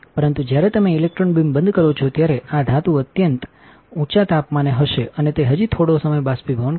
પરંતુ જ્યારે તમે ઇલેક્ટ્રોન બીમ બંધ કરો છો ત્યારે આ ધાતુ અત્યંત temperatureંચા તાપમાને હશે અને તે હજી થોડો સમય બાષ્પીભવન કરશે